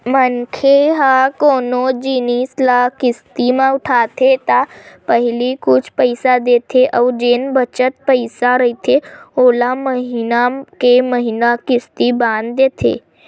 मनखे ह कोनो जिनिस ल किस्ती म उठाथे त पहिली कुछ पइसा देथे अउ जेन बचत पइसा रहिथे ओला महिना के महिना किस्ती बांध देथे